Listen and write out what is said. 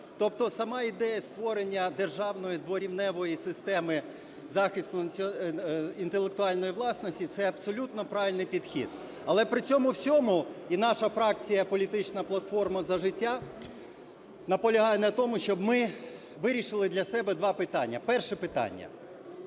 Тобто сама ідея створення державної дворівневої системи захисту інтелектуальної власності - це абсолютно правильний підхід. Але при цьому всьому і наша фракція "Політична платформа – За життя" наполягає на тому, щоб ми вирішили для себе два питання. Перше питання.